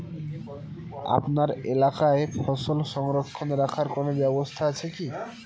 আপনার এলাকায় ফসল সংরক্ষণ রাখার কোন ব্যাবস্থা আছে কি?